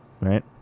right